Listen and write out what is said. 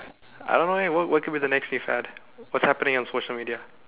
I don't know eh what what could be the next new fad what's happening on social media